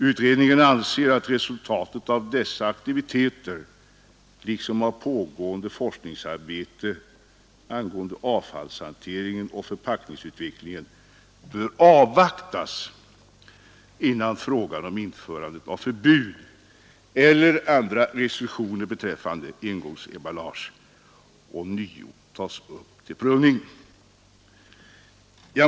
Utredningen anser att resultatet av dessa aktiviteter liksom av pågående forskningsarbete angående avfallshanteringen och förpackningsutvecklingen bör avvaktas, innan frågan om införande av förbud eller andra restriktioner beträffande engångsemballage ånyo tas upp till prövning.